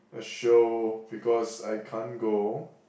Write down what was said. a show because I can't go